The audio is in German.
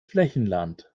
flächenland